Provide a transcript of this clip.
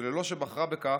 וללא שבחרה בכך,